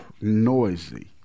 noisy